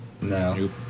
No